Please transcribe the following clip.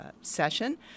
session